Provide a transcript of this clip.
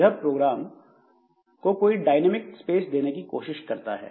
यह प्रोग्राम को कोई डायनेमिक स्पेस देने की कोशिश करता है